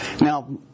Now